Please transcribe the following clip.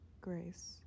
grace